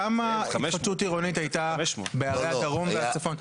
כמה התחדשות עירונית הייתה בערי הדרום והצפון.